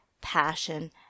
passion